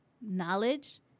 knowledge